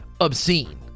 obscene